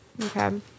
Okay